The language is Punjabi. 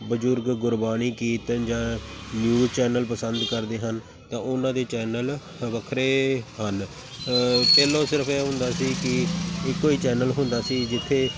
ਬਜ਼ੁਰਗ ਗੁਰਬਾਣੀ ਕੀਰਤਨ ਜਾਂ ਨਿਊਜ਼ ਚੈਨਲ ਪਸੰਦ ਕਰਦੇ ਹਨ ਤਾਂ ਉਹਨਾਂ ਦੇ ਚੈਨਲ ਵੱਖਰੇ ਹਨ ਪਹਿਲਾਂ ਸਿਰਫ ਇਹ ਹੁੰਦਾ ਸੀ ਕਿ ਇੱਕੋ ਹੀ ਚੈਨਲ ਹੁੰਦਾ ਸੀ ਜਿੱਥੇ